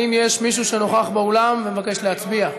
האם יש מישהו שנוכח באולם ומבקש להצביע?